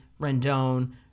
Rendon